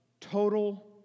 total